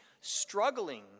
struggling